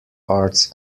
arts